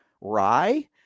rye